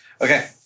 Okay